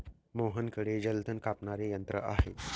मोहनकडे जलतण कापणारे यंत्र आहे